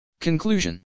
Conclusion